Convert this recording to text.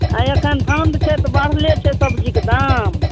अइ एखन ठण्ड छै तऽ बढ़ले छै सब्जीके दाम